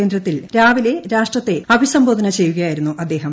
കേന്ദ്രത്തിൽ രാവിലെ രാഷ്ട്രത്തെ അഭിസംബോധന ചെയ്യുകയായിരുന്നു അദ്ദേഹം